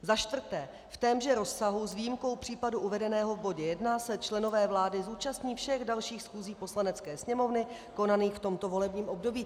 Za čtvrté, v témže rozsahu s výjimkou případu uvedeného v bodě 1 se členové vlády zúčastní všech dalších schůzí Poslanecké sněmovny konaných v tomto volebním období.